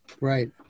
Right